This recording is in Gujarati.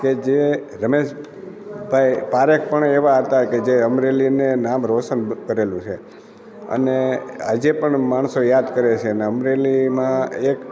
કે જે રમેશભાઈ પારેખ પણ એવા હતા કે જે અમરેલીને નામ રોશન કરેલું છે અને આજે પણ માણસો યાદ કરે છે ને અમરેલીમાં એક